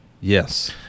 Yes